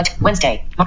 Wednesday